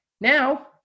Now